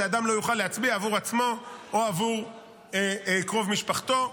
שאדם לא יוכל להצביע עבור עצמו או עבור קרוב משפחתו.